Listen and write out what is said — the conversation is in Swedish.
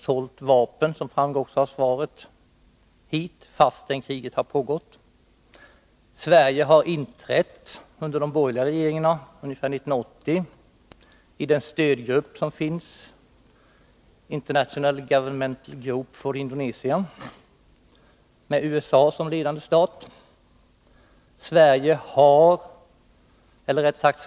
Sverige har, som framgår av svaret, sålt vapen dit trots att kriget har pågått. Sverige har under borgerlig regeringstid — jag tror det var 1980 — inträtt i den stödgrupp som finns, International Governmental Group for Indonesia, med USA som ledande stat.